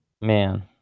Man